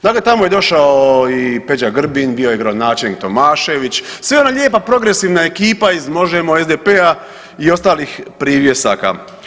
Dakle tamo je došao i Peđa Grbin, bio je gradonačelnik Tomašević, sve ona lijepa progresivna ekipa iz Možemo!, SDP-a i ostalih privjesaka.